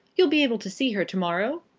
you'll be able to see her to-morrow?